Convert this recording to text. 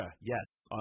Yes